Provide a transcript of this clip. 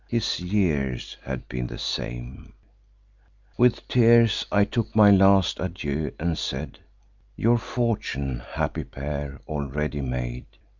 his years had been the same with tears i took my last adieu, and said your fortune, happy pair, already made,